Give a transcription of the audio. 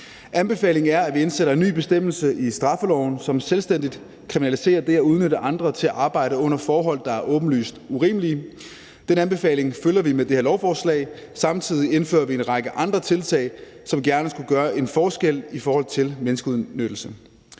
Anbefalingen er, at vi indsætter en ny bestemmelse i straffeloven, som selvstændigt kriminaliserer det at udnytte andre til arbejde under forhold, der er åbenlyst urimelige. Den anbefaling følger vi med det her lovforslag. Samtidig indfører vi en række andre tiltag, som gerne skulle gøre en forskel i forhold til menneskeudnyttelse.